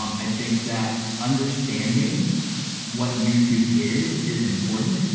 um i think that understanding what youtube is is important,